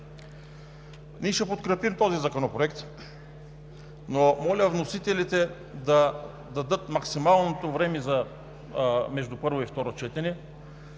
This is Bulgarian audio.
Ние ще подкрепим този законопроект, но моля вносителите да дадат максималното време между първо и второ четене,